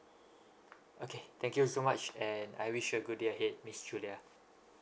okay thank you so much and I wish a good day ahead miss julia